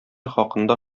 хакында